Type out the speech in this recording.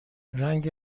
رنگ